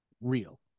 real